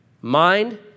mind